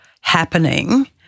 happening